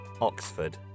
Oxford